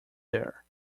there